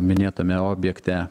minėtame objekte